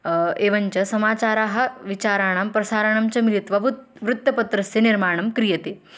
एवञ्च समाचाराः विचाराणां प्रसाराणं च मिलित्वा वुत् वृत्तपत्रस्य निर्माणं क्रियते